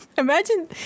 imagine